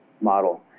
model